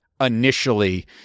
Initially